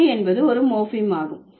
தண்டு என்பது ஒரு மோர்பீம் ஆகும்